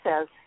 says